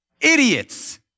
idiots